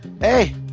Hey